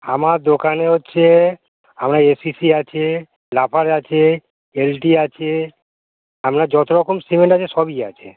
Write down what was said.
আমার দোকানে হচ্ছে আপনার এ সি সি আছে লাফার্জ আছে এল টি আছে আপনার যত রকম সিমেন্ট আছে সবই আছে